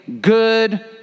good